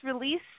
release